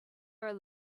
are